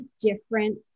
different